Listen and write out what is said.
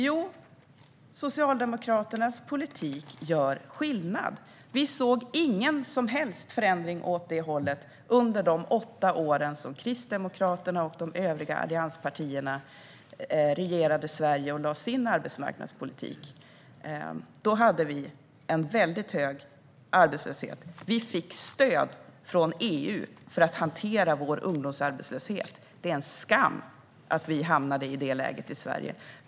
Jo, Socialdemokraternas politik gör skillnad. Vi såg ingen som helst förändring åt det hållet under de åtta år då Kristdemokraterna och de övriga allianspartierna regerade Sverige och lade fram sin arbetsmarknadspolitik. Då hade vi en väldigt hög arbetslöshet. Vi fick stöd från EU för att hantera vår ungdomsarbetslöshet. Det är en skam att vi hamnade i det läget i Sverige.